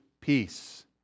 peace